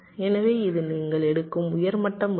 எனவே இது நீங்கள் எடுக்கும் உயர் மட்ட முடிவு